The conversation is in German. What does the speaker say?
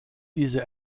diese